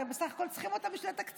הרי בסך הכול צריכים אותם בשביל התקציב.